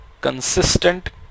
consistent